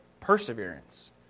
perseverance